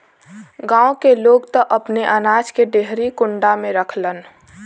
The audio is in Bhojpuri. गांव के लोग त अपने अनाज के डेहरी कुंडा में रखलन